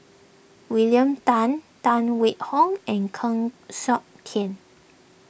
William Tan Tan Wait Hong and Heng Siok Tian